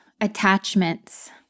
attachments